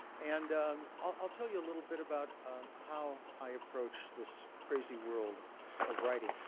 and i'll tell you a little bit about how i approach this crazy world of writing.